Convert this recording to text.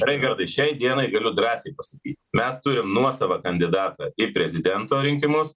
raigardai šiai dienai galiu drąsiai pasakyti mes turim nuosavą kandidatą į prezidento rinkimus